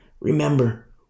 remember